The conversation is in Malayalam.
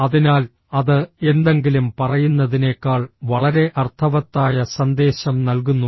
അതിനാൽ അത് എന്തെങ്കിലും പറയുന്നതിനേക്കാൾ വളരെ അർത്ഥവത്തായ സന്ദേശം നൽകുന്നു